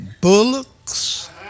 bullocks